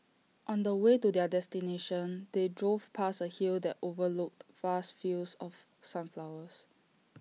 on the way to their destination they drove past A hill that overlooked vast fields of sunflowers